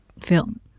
film